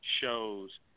shows